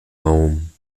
home